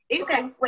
Okay